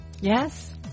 Yes